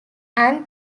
and